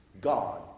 God